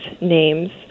names